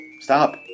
Stop